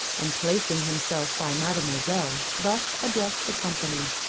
and placing himself by mademoiselle, thus addressed the company